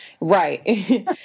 Right